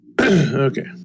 Okay